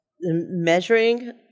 Measuring